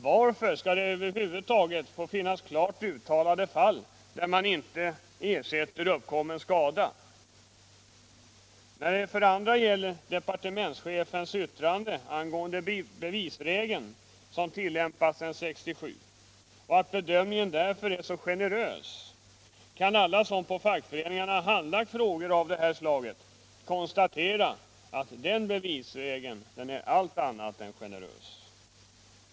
Varför skall det få finnas klart uttalade fall där man inte ersätter uppkommen skada? När det för det andra gäller departementschefens yttrande angående bevisregeln, som tillämpats sedan 1967, och att bedömningen därför är så generös, kan alla som på fackföreningarna handlagt frågor av det här slaget konstatera att den bevisregeln är allt annat än generös.